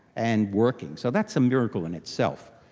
and working, so that's a miracle in itself.